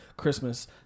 Christmas